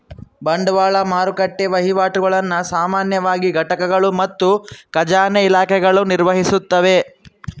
ಬಂಡವಾಳ ಮಾರುಕಟ್ಟೆ ವಹಿವಾಟುಗುಳ್ನ ಸಾಮಾನ್ಯವಾಗಿ ಘಟಕಗಳು ಮತ್ತು ಖಜಾನೆ ಇಲಾಖೆಗಳು ನಿರ್ವಹಿಸ್ತವ